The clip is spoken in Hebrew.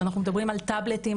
אנחנו מדברים על טאבלטים,